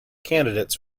candidates